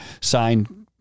signed